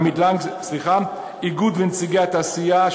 לנציגי התעשייה,